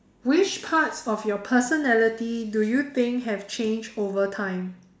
which parts of your personality do you think have changed over time